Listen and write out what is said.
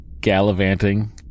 gallivanting